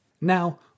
Now